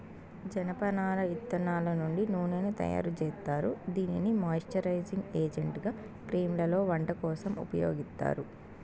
జనపనార ఇత్తనాల నుండి నూనెను తయారు జేత్తారు, దీనిని మాయిశ్చరైజింగ్ ఏజెంట్గా క్రీమ్లలో, వంట కోసం ఉపయోగిత్తారు